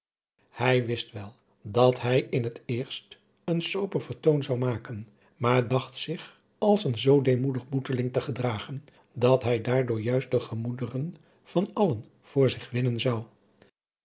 hij wist wel dat hij in het eerst een sober vertoon zou maken maar dacht zich als een zoo demoedig boeteling te gedragen dat hij daardoor juist de gemoederen van allen voor zich winnen zou